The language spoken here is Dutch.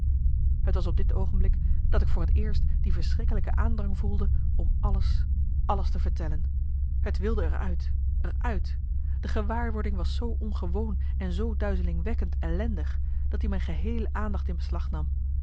t was op dit oogenblik dat ik voor t eerst die verschrikkelijke aandrang voelde om alles alles te vertellen het wilde er uit er uit de gewaarwording was zoo ongewoon en zoo duizelingwekkend ellendig dat i mijn geheele aandacht in beslag nam